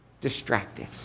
distracted